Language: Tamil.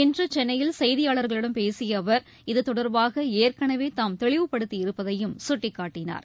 இன்று சென்னையில் செய்தியாளர்களிடம் பேசிய அவர் இதுதொடர்பாக ஏற்கனவே தாம் தெளிவுப்படுத்தியிருப்பதையும் சுட்டிக்காட்டினார்